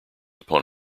upon